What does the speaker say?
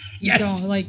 Yes